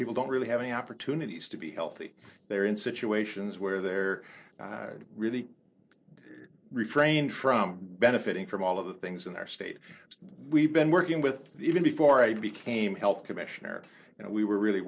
people don't really have any opportunities to be healthy they're in situations where there really are refrain from benefiting from all of the things in our state we've been working with even before i became health commissioner and we were really